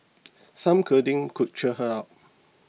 some cuddling could cheer her up